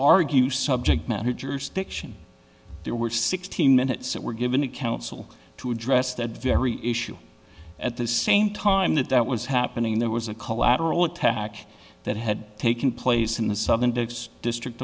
argue subject matter jurisdiction there were sixty minutes that were given a counsel to address that very issue at the same time that that was happening there was a collateral attack that had taken place in the southern district